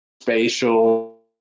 spatial